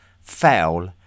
foul